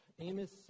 Amos